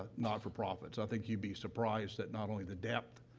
ah, not-for-profits, i think you'd be surprised at not only the depth,